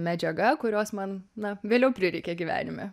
medžiaga kurios man na vėliau prireikė gyvenime